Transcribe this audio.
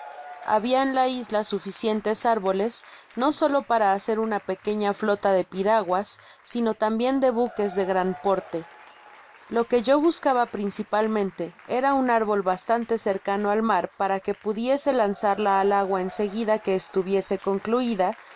en la isla suficientes árboles no solo para hacer una pequeña flota de piraguas sino tambien de huques de gran porte lo que yo buscaba principalmente era un árbol bastante cercano al mar para que pudiese lanzarla al agua en seguida que estuviese concluida